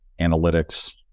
analytics